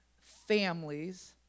families